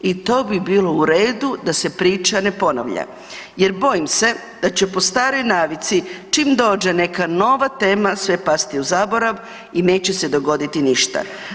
I to bi bilo u redu da se priča ne ponavlja jer bojim se da će po staroj navici čim dođe neka nova tema sve pasti u zaborav i neće se dogoditi ništa.